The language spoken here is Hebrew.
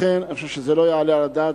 לכן אני חושב שזה לא יעלה על הדעת,